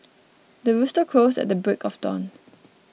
the rooster crows at the break of dawn